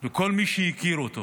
לכל מי שהכיר אותו